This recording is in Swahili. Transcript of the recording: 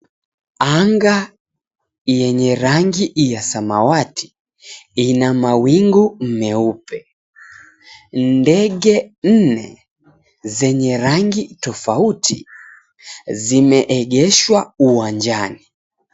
Anga yenye rangi ya samawati ina mawingu meupe. Ndege nne zenye rangi tofauti zimeegeshwa uwanjani.